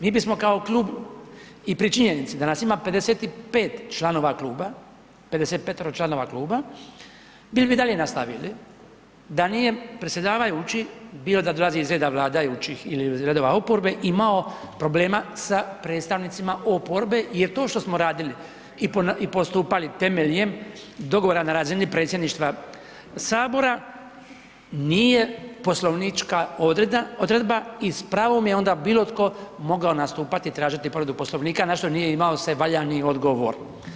Mi bismo kao klub i pri činjenici da nas ima 55 članova kluba, 55 članova kluba, bili bi i dalje nastavili, da nije predsjedavajući, bio da dolazi iz reda vladajućih ili iz redova oporbe, imao problema sa predstavnicima oporbe jer to što smo radili i postupali temeljem dogovora na razini predsjedništva Sabora, nije poslovnička odredba i s pravom je onda bilo tko mogao nastupati i tražiti povredu Poslovnika, na što nije imao se valjali odgovor.